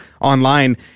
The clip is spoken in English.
online